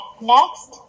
next